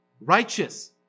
righteous